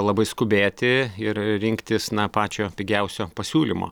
labai skubėti ir rinktis na pačio pigiausio pasiūlymo